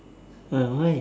uh why